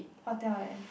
hotel eh